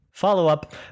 follow-up